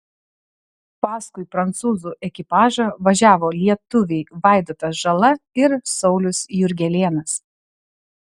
paskui prancūzų ekipažą važiavo lietuviai vaidotas žala ir saulius jurgelėnas